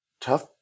tough